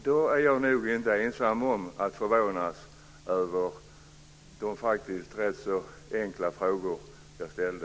Då är jag nog inte ensam om att förvånas, med tanke på de faktiskt rätt enkla frågor jag ställde.